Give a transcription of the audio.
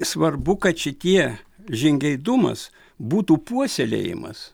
svarbu kad šitie žingeidumas būtų puoselėjamas